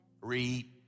Read